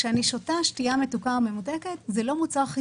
כשאני שותה שתייה מתוקה או ממותקת זה לא מוצר חיוני.